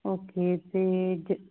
ਔਖੇ ਅਤੇ ਜ